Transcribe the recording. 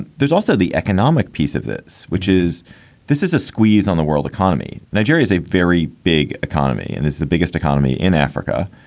there's also the economic piece of this, which is this is a squeeze on the world economy. nigeria is a very big economy and it's the biggest economy in africa.